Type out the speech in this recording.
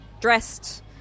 dressed